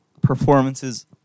performances